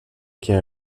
quai